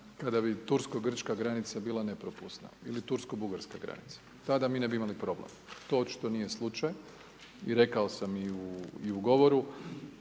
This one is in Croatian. kada bi tursko-grčka granica bila nepropusna ili tursko-bugarska tada mi ne bi imali problem. To očito nije slučaj i rekao sam i u govoru